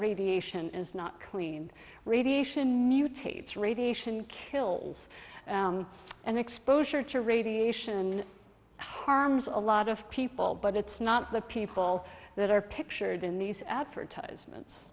radiation is not clean radiation mutates radiation kills and exposure to radiation harms a lot of people but it's not the people that are pictured in these advertisements